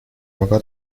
могла